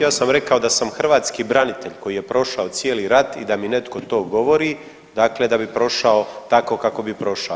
Ja sam rekao da sam hrvatski branitelj koji je prošao cijeli rat i da mi netko to govori dakle da bi prošao tako kako bi prošao.